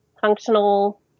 functional